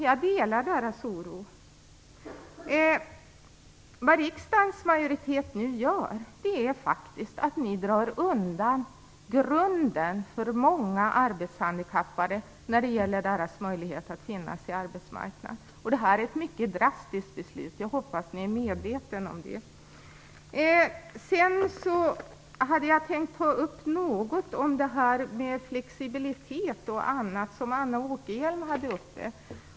Jag delar deras oro. Det riksdagens majoritet nu gör är faktiskt att dra undan grunden för många arbetshandikappade och deras möjlighet att finnas på arbetsmarknaden. Det här är ett mycket drastiskt beslut. Jag hoppas att ni är medvetna om det. Jag hade tänkt tala något om flexibilitet och annat som Anna Åkerhielm tog upp.